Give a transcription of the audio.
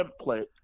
template